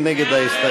מי נגד ההסתייגות?